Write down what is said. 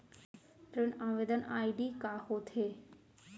ऋण आवेदन आई.डी का होत हे?